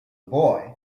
boy